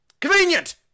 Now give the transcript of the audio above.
Convenient